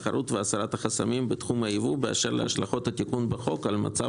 התחרות והסרת החסמים בתחום הייבוא באשר להשלכות התיקון בחוק על מצב